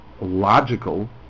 logical